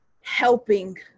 helping